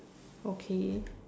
okay